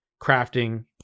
crafting